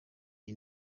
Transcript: iyi